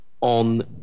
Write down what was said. on